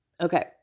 Okay